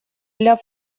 для